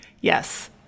yes